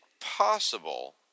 possible